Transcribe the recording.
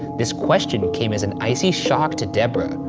this question came as an icy shock to debra,